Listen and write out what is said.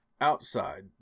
outside